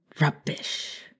Rubbish